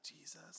Jesus